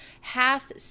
half